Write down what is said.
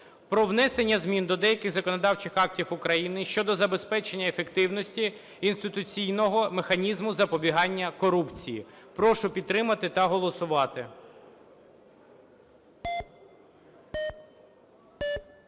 про внесення змін до деяких законодавчих актів України щодо забезпечення ефективності інституційного механізму запобігання корупції. Прошу підтримати та голосувати.